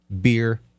beer